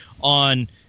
on